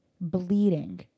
bleeding